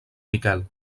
miquel